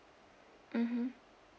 mmhmm